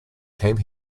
came